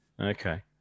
Okay